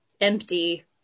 empty